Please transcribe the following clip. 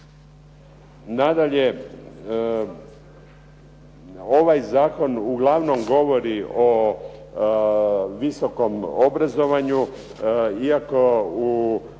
Nadalje, ovaj zakon uglavnom govori o visokom obrazovanju iako u svom